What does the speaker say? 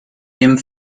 dem